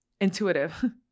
intuitive